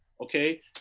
okay